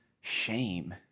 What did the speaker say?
shame